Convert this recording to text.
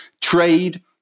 trade